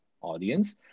audience